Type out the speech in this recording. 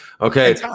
Okay